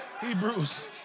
Hebrews